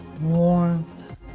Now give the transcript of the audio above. warmth